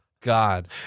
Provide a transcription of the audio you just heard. god